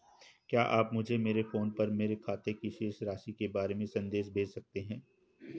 क्या आप मुझे मेरे फ़ोन पर मेरे खाते की शेष राशि के बारे में संदेश भेज सकते हैं?